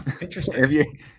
Interesting